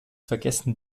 vergessen